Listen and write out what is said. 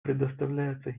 предоставляется